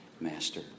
master